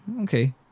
Okay